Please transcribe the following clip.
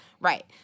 Right